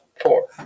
Four